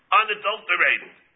unadulterated